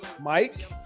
Mike